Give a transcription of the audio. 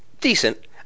decent